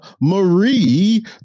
Marie